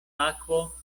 akvo